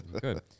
Good